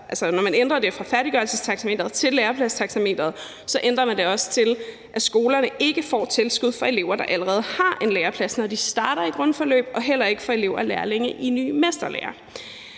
Når man ændrer det fra færdiggørelsestaxameteret til lærepladstaxameteret, ændrer man det også til, at skolerne ikke får tilskud for elever, der allerede har en læreplads, når de starter i grundforløbet, og heller ikke for elever og lærlinge i ny mesterlære.